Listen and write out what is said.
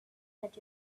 that